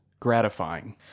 Gratifying